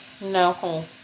No